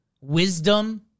Wisdom